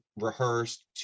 rehearsed